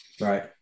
right